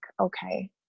okay